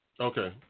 Okay